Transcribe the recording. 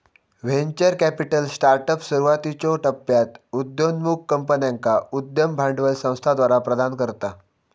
venture capital startups, सुरुवातीच्यो टप्प्यात उदयोन्मुख कंपन्यांका उद्यम भांडवल संस्थाद्वारा प्रदान करता